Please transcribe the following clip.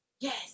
Yes